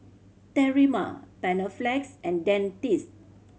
Terimar Panaflex and Dentiste